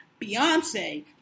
Beyonce